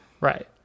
Right